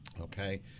okay